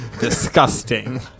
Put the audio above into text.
Disgusting